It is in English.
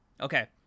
Okay